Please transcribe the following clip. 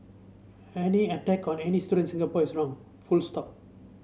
any attack on any student in Singapore is wrong full stop